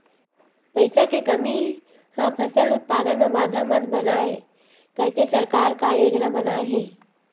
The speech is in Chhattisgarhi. पईसा के कमी हा फसल उत्पादन मा बाधा मत बनाए करके सरकार का योजना बनाए हे?